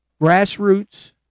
grassroots